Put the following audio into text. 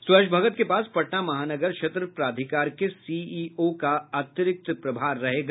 सुहर्ष भगत के पास पटना महानगर क्षेत्र प्राधिकार के सीईओ का अतिरिक्त प्रभार रहेगा